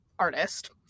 artist